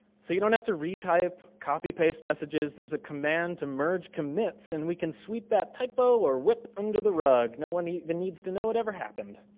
so, you don't have to retype, copy paste messages. there's a command to merge commits and we can sweep that typo or wip under the rug. no one even needs to know it ever happened.